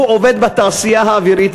הוא עובד בתעשייה האווירית,